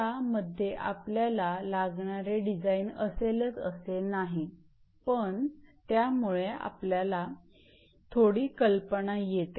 त्या मध्ये आपल्याला लागणारे डिझाईन असेलच असे नाही पण त्यामुळे आपल्याला थोडी कल्पना येते